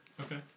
Okay